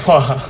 !wah!